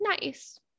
nice